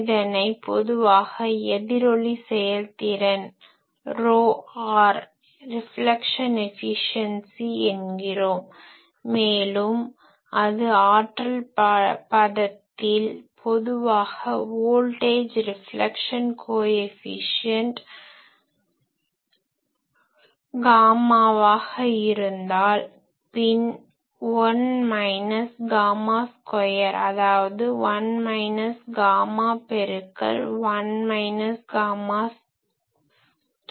இதனை பொதுவாக எதிரொலி செயல்திறன் ρr என்கிறோம் மேலும் அது ஆற்றல் பதத்தில் பொதுவாக voltage reflection coefficient voltage reflection coefficient மின்னழுத்த எதிரொலி குணகம் காமாவாக இருந்தால் பின் 1 மைனஸ் காமா ஸ்கொயர் அதாவது 1 மைனஸ் காமா பெருக்கல் 1 மைனஸ் காமா ஸ்டார் ஆகும்